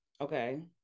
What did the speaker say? Okay